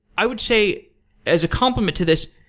i would say as a complement to this,